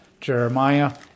Jeremiah